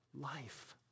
life